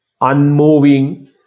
unmoving